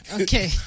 Okay